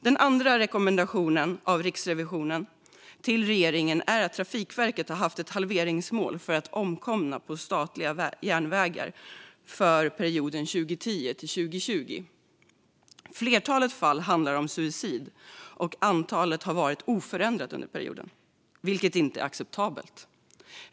Den andra rekommendationen från Riksrevisionen till regeringen gäller Trafikverkets halveringsmål för omkomna på statliga järnvägar för perioden 2010-2020. Flertalet fall handlar om suicid, och antalet har varit oförändrat under perioden - vilket inte är acceptabelt.